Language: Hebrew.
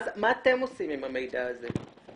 מה אתם עושים עם המידע הזה.